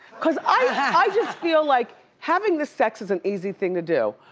cause i just feel like having the sex is an easy thing to do,